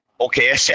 Okay